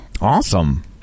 Awesome